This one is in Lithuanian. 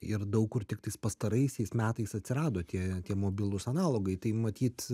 ir daug kur tiktais pastaraisiais metais atsirado tie tie mobilūs analogai tai matyt